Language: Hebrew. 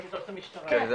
את זה צריך לשאול את המשטרה,